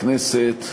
הכנסת,